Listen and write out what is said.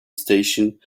station